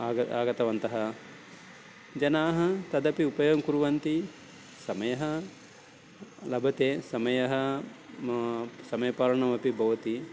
आगतः आगतवन्तः जनाः तदपि उपयोगं कुर्वन्ति समयः लभते समयः समयपालनमपि भवति